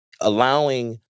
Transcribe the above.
allowing